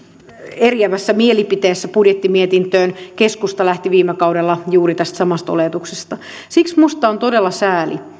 eriävässä mielipiteessä budjettimietintöön keskusta lähti viime kaudella juuri tästä samasta oletuksesta siksi minusta on todella sääli